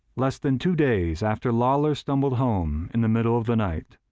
less than two days after lawlor stumbled home in the middle of the night,